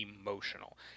emotional